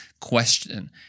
question